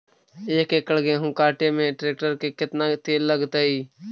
एक एकड़ गेहूं काटे में टरेकटर से केतना तेल लगतइ?